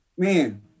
Man